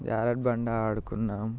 జారుడుబండ ఆడుకున్నాము